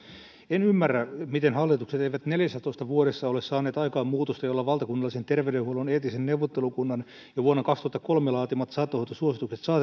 en ymmärrä miten hallitukset eivät neljässätoista vuodessa ole saaneet aikaan muutosta jolla valtakunnallisen terveydenhuollon eettisen neuvottelukunnan jo vuonna kaksituhattakolme laatimat saattohoitosuositukset saatettaisiin